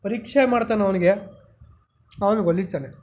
ಪರೀಕ್ಷೆ ಮಾಡ್ತಾನೆ ಅವನಿಗೆ ಅವ್ನಿಗೆ ಒಲಿತಾನೆ